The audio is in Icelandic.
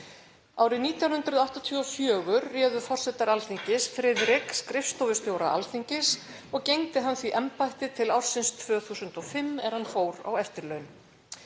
Árið 1984 réðu forsetar Alþingis Friðrik skrifstofustjóra Alþingis og gegndi hann því embætti til ársins 2005 er hann fór á eftirlaun.